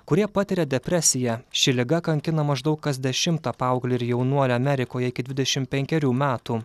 kurie patiria depresiją ši liga kankina maždaug kas dešimtą paauglį ir jaunuoį amerikoje iki dvidešim penkerių metų